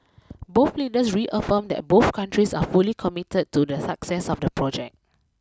both leaders reaffirmed that both countries are fully committed to the success of the project